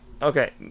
Okay